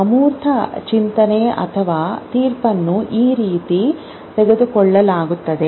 ಅಮೂರ್ತ ಚಿಂತನೆ ಅಥವಾ ತೀರ್ಪನ್ನು ಈ ರೀತಿ ತೆಗೆದುಕೊಳ್ಳಲಾಗುತ್ತದೆ